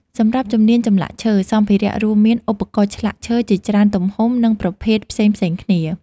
សម្រាប់ជំនាញ ចម្លាក់ឈើ សម្ភារៈរួមមានឧបករណ៍ឆ្លាក់ឈើជាច្រើនទំហំនិងប្រភេទផ្សេងៗគ្នា។